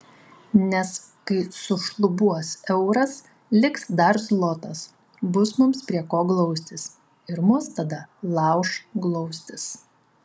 nes kai sušlubuos euras liks dar zlotas bus mums prie ko glaustis ir mus tada lauš glaustis